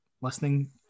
listening